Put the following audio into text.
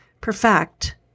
perfect